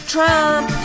Trump